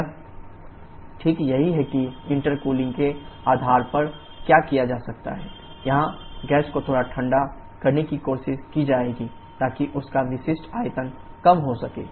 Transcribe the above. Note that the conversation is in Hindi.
यह ठीक यही है कि इंटेरकूलिंग के आधार पर क्या किया जाता है जहां गैस को थोड़ा ठंडा करने की कोशिश की जाएगी ताकि उसका विशिष्ट आयतन कम हो सके